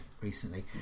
recently